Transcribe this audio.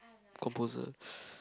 composer